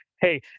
hey